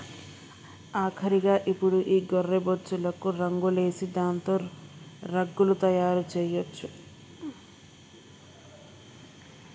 ఆఖరిగా ఇప్పుడు ఈ గొర్రె బొచ్చులకు రంగులేసి దాంతో రగ్గులు తయారు చేయొచ్చు